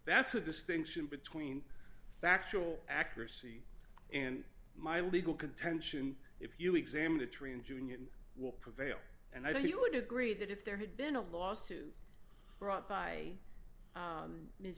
that's a distinction between factual accuracy and my legal contention if you examine the tree and junior will prevail and i think you would agree that if there had been a lawsuit brought by